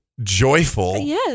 joyful